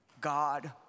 God